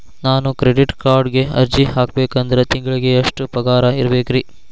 ನಾನು ಕ್ರೆಡಿಟ್ ಕಾರ್ಡ್ಗೆ ಅರ್ಜಿ ಹಾಕ್ಬೇಕಂದ್ರ ತಿಂಗಳಿಗೆ ಎಷ್ಟ ಪಗಾರ್ ಇರ್ಬೆಕ್ರಿ?